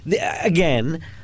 Again